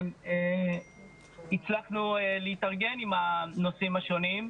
שהצלחנו להתארגן עם הנושאים השונים,